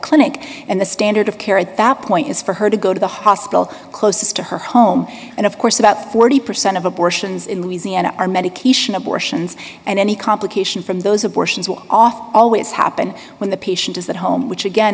clinic and the standard of care at that point is for her to go to the hospital closest to her home and of course about forty percent of abortions in louisiana are medication abortions and any complication from those abortions will often always happen when the patient is that home which again